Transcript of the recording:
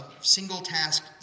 single-task